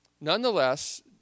Nonetheless